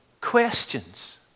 questions